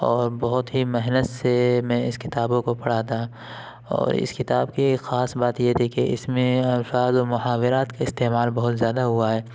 اور بہت ہی محنت سے میں اس کتابوں کو پڑھا تھا اور اس کتاب کی ایک خاص بات یہ تھی کہ اس میں الفاظ اور محاورات کا استعمال بہت زیادہ ہوا ہے